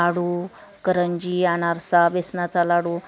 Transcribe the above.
लाडू करंजी आनारसा बेसनाचा लाडू